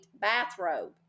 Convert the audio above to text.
bathrobe